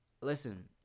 Listen